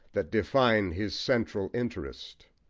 that define his central interest.